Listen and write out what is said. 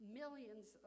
millions